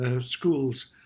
schools